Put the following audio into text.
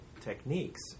techniques